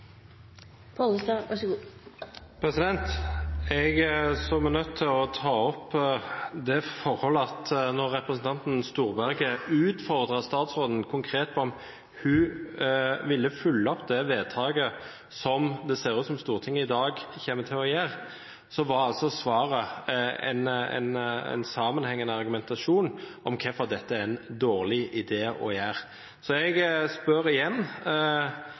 Storberget utfordret statsråden konkret på om hun ville følge opp det vedtaket som det ser ut som Stortinget i dag kommer til å gjøre, så var altså svaret en sammenhengende argumentasjon om hvorfor dette er en dårlig idé å gjøre. Så jeg spør igjen: